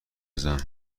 بزن